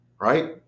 right